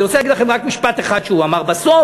אני רוצה להגיד לכם רק משפט אחד שהוא אמר בסוף,